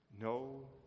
No